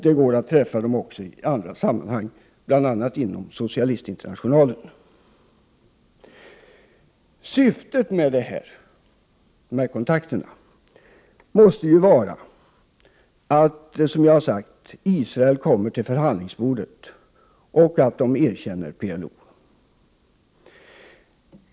Det går att träffa dem också i andra sammanhang, bl.a. inom Socialistinternationalen. Syftet med kontakterna måste, som jag har sagt, vara att Israel kommer till förhandlingsbordet och att Israel erkänner PLO.